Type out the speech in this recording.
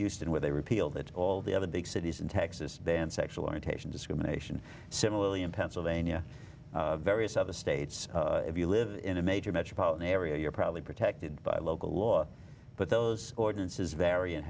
in where they repealed it all the other big cities in texas then sexual orientation discrimination similarly in pennsylvania various other states if you live in a major metropolitan area you're probably protected by local law but those ordinances vary in